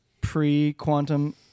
pre-quantum